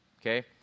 okay